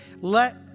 Let